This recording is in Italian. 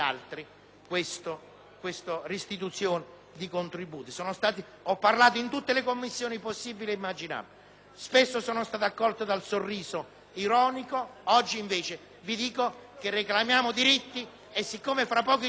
Spesso sono stato accolto dal sorriso ironico. Oggi, invece, reclamo diritti e poiché tra pochi giorni vi sarà una cerimonia nel mio Paese che vedrà presente il Presidente del Consiglio, vorremmo accoglierlo bene,